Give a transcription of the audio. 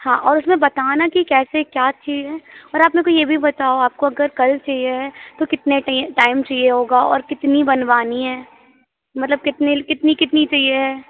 हाँ और उसमें बताना कि कैसे क्या चाहिए और आप मेको यह भी बताओ आपको अगर कल चाहिए है तो कितने टे टाइम चाहिए होगा और कितनी बनवानी ए मतलब कितने ल कितनी कितनी चाहिए है